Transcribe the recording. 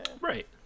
right